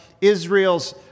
Israel's